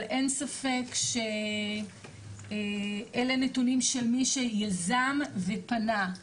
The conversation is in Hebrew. אבל אין ספק שאלו נתונים של מי שיזם ופנה,